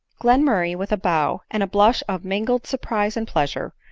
glenmurray, with a bow, and a blush of mingled surprise and pleasure,